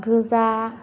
गोजा